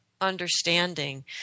understanding